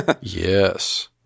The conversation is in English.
Yes